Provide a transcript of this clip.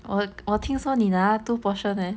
我我听说你拿 two portion leh